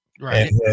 Right